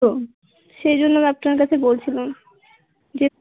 হুম সেই জন্য আপনার কাছে বলছিলাম যে